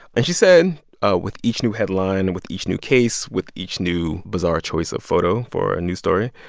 and she said ah with each new headline, with each new case, with each new bizarre choice of photo for a new story,